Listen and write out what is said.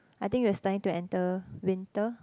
I think it was starting to enter winter